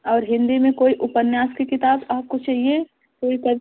और हिन्दी में कोई उपन्यास की किताब आपको चाहिए कोई पद